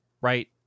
right